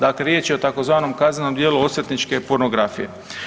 Dakle riječ je o tzv. kaznenom djelu osvetničke pornografije.